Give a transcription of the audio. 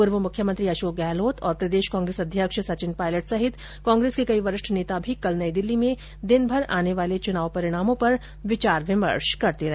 पूर्व मुख्यमंत्री अशोक गहलोत और प्रदेश कांग्रेस अध्यक्ष सचिन पायलट सहित कांग्रेस के कई वरिष्ठ नेता भी कल नई दिल्ली में दिनभर आने वाले चुनाव परिणामों पर विचार विमर्श करते रहे